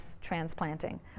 transplanting